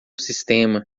sistema